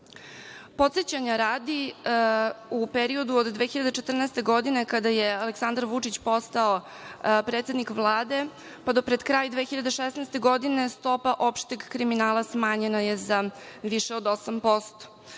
Poljske. Podsećanja radi, u periodu od 2014. godine kada je Aleksandar Vučić postao predsednik Vlade, pa do pred kraj 2016. godine stopa opšteg kriminala smanjena je za više od 8%.